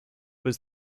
was